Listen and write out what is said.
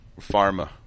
pharma